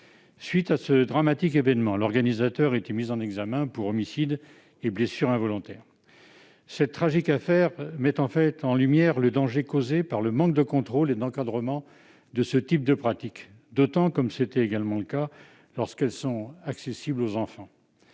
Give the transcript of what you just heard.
suite de ce dramatique événement, l'organisateur a été mis en examen pour homicide et blessures involontaires. Cette tragique affaire met en fait en lumière le danger causé par le manque de contrôle et d'encadrement de ce type de pratiques, surtout lorsqu'elles sont accessibles aux enfants,